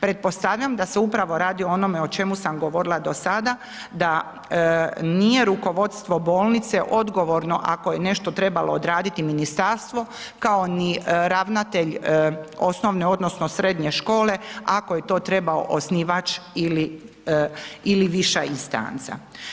Pretpostavljam da se upravo radi upravo o onome o čemu sam govorila do sada, da nije rukovodstvo bolnice odgovor ako je nešto trebalo odraditi ministarstvo, kao ni ravnatelj osnovne, odnosno, srednje, škole ako je to trebao osnivač ili više istanca.